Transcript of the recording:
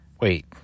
wait